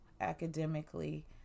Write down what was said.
academically